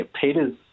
Peter's